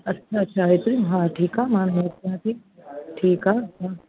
अच्छा अच्छा हेतिरी हा ठीकु आहे मां नोट कया थी ठीकु आहे हा